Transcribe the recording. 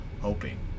hoping